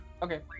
Okay